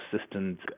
systems